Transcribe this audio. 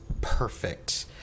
perfect